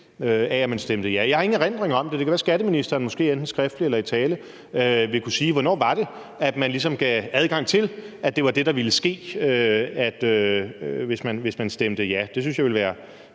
af, at man stemte ja. Jeg har ingen erindring om det, men det kan måske være, at skatteministeren enten skriftligt eller i tale vil kunne sige, hvornår det ligesom var, man gav adgang til, at det var det, der ville ske, hvis man stemte ja. Det synes jeg ville være